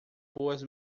boas